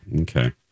Okay